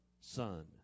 son